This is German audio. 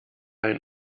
ein